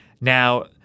Now